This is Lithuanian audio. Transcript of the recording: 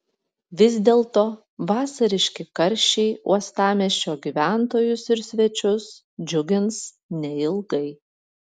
vis dėlto vasariški karščiai uostamiesčio gyventojus ir svečius džiugins neilgai